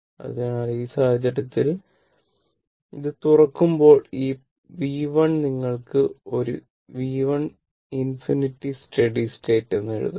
അതിനാൽ ആ സാഹചര്യത്തിൽ ഇത് തുറക്കുമ്പോൾ ഈ V 1 നിങ്ങൾക്ക് ഒരു V 1 ∞ സ്റ്റഡി സ്റ്റേറ്റ് എന്നു എഴുതാം